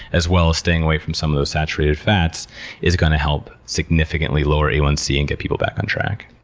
as well as staying away from some of those saturated fats is going to help significantly lower a one c and get people back on track.